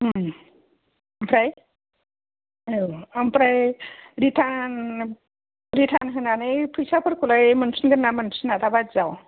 ओमफ्राय ओमफ्राय रिथार्न रिथार्न होनोनै फैसाफोरखौलाय मोनफिनगोन ना मोनफिना दाबायदियाव